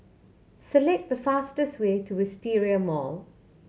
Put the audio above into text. select the fastest way to Wisteria Mall